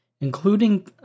including